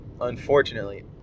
unfortunately